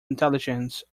intelligence